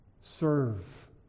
Serve